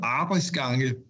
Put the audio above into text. arbejdsgange